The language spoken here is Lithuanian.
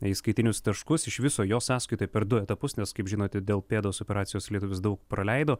įskaitinius taškus iš viso jo sąskaitoj per du etapus nes kaip žinote dėl pėdos operacijos lietuvis daug praleido